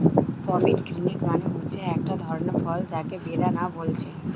pomegranate মানে হচ্ছে একটা ধরণের ফল যাকে বেদানা বলছে